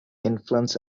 influence